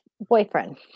boyfriend